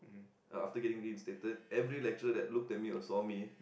after getting the status every lecturer that looked at me or saw me